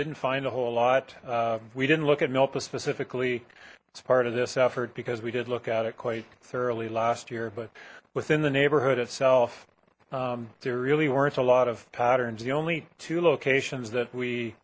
didn't find a whole lot we didn't look at milpa specifically it's part of this effort because we did look at it quite thoroughly last year but within the neighborhood itself there really weren't a lot of patterns the only two locations that we